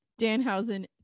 Danhausen